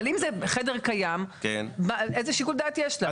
אבל אם זה חדר קיים איזה שיקול דעת יש לה?